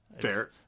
fair